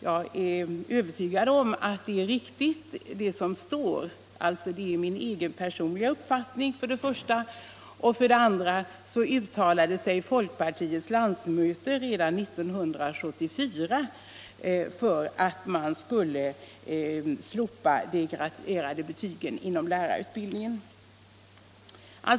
Jag är övertygad om att det som står är riktigt. För det första uttrycker det min personliga uppfattning och för det andra uttalade sig folkpartiets landsmöte redan 1974 för att de graderade betygen skulle slopas inom lärarutbildningen.